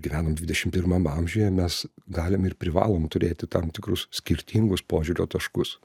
gyvenam dvidešimt pirmam amžiuje mes galim ir privalom turėti tam tikrus skirtingus požiūrio taškus